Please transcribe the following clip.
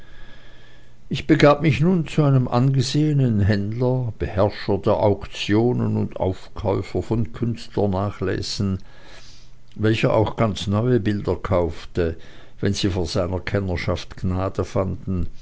ich begab mich nun zu einem angesehenen händler beherrscher der auktionen und aufkäufer von künstlernachlässen welcher auch ganz neue bilder kaufte wenn sie vor seiner kennerschaft gnade fanden